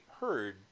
heard